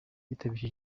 yitabiriye